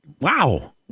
wow